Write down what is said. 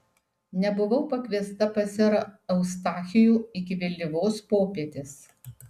nebuvau pakviesta pas serą eustachijų iki vėlyvos popietės